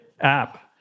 app